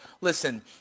Listen